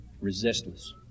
resistless